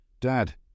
Dad